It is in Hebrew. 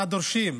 מה דורשים?